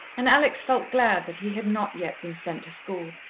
and alex felt glad that he had not yet been sent to school,